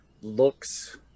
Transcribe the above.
looks